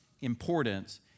importance